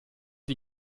die